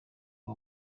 uwo